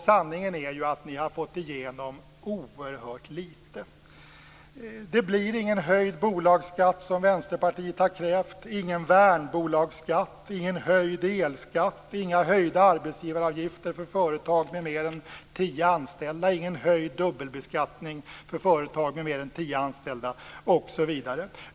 Sanningen är att de har fått igenom oerhört litet. Det blir ingen höjd bolagsskatt, som Vänsterpartiet har krävt, ingen värnbolagsskatt, ingen höjd elskatt, inga höjda arbetsgivaravgifter för företag med mer än tio anställda, ingen höjd dubbelbeskattning för företag med mer än tio anställda, osv.